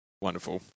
Wonderful